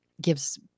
gives –